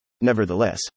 Nevertheless